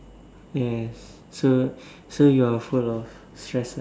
yes so so you're you're full of stress lah